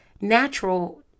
natural